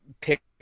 pick